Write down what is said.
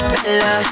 Bella